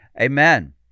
Amen